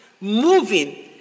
moving